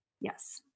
Yes